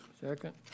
Second